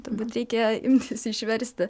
turbūt reikia imtis išversti